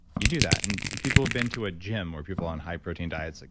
you do that. and people have been to a gym where people on high protein diets, like